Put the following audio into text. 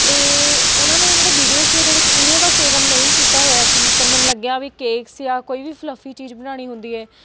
ਅਤੇ ਉਹਨਾਂ ਨੇ ਜਿਹੜਾ ਵੀਡੀਓ ਸੀ ਉਹਦੇ ਵਿੱਚ ਇਨੋ ਦਾ ਸੇਵਨ ਨਹੀਂ ਕੀਤਾ ਹੋਇਆ ਸੀ ਪਰ ਮੈਨੂੰ ਲੱਗਿਆ ਵੀ ਕੇਕਸ ਜਾਂ ਕੋਈ ਵੀ ਫਲੱਫੀ ਚੀਜ਼ ਬਣਾਉਣੀ ਹੁੰਦੀ ਹੈ